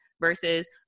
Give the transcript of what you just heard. versus